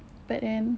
but then